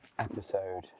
Episode